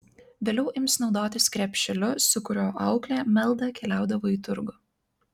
vėliau ims naudotis krepšeliu su kuriuo auklė meldą keliaudavo į turgų